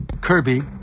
Kirby